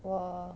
我